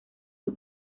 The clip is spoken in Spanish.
sus